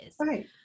Right